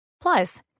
Plus